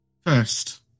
First